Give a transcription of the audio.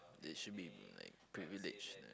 that should be like privilege